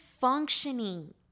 functioning